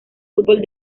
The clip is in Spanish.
fútbol